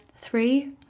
three